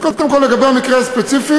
קודם כול לגבי המקרה הספציפי,